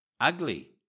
Ugly